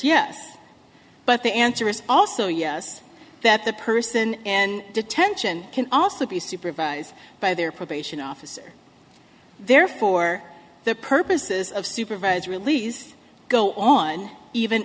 yes but the answer is also yes that the person and detention can also be supervised by their probation officer there for the purposes of supervised release go on even